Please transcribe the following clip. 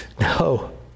No